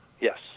Yes